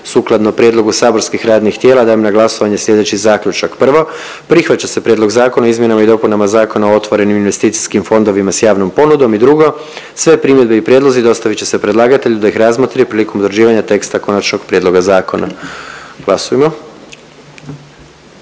Sukladno prijedlogu saborskih radnih tijela dajem na glasovanje slijedeći zaključak. Prvo, prihvaća se Prijedlog Zakona o izmjenama i dopunama Zakona o osiguranju i drugo, sve primjedbe i prijedlozi dostavit će se predlagatelju da ih razmotri prilikom utvrđivanja teksta konačnog prijedloga zakona. Glasujmo.